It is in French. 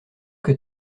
que